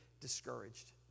discouraged